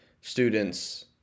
students